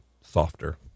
softer